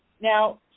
Now